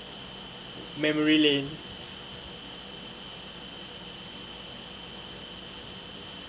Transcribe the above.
memory lane